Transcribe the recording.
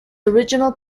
original